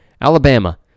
Alabama